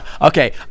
Okay